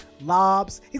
lobs